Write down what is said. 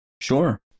Sure